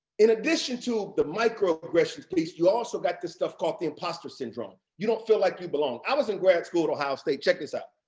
in addition to the microaggressions piece, you also got this stuff called the impostor syndrome. you don't feel like you belong. i was in grad school at ohio state, check this out,